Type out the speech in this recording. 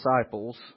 disciples